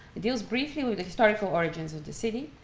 it deals briefly with the historical origins of the city,